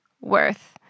worth